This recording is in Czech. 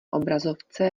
obrazovce